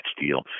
deal